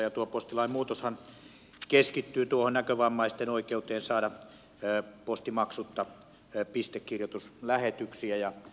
ja tuo postilain muutoshan keskittyy tuohon näkövammaisten oikeuteen saada postimaksutta pistekirjoituslähetyksiä